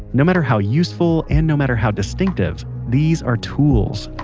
no matter how useful and no matter how distinctive, these are tools.